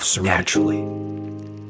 naturally